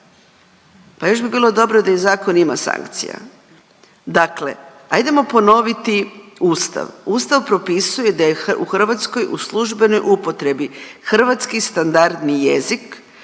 Pa još bi bilo dobro da i zakon ima sankcija. Dakle, ajdemo ponoviti Ustav, Ustav propisuje da je u Hrvatskoj u službenoj upotrebi hrvatski standardni jezik